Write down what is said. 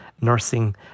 nursing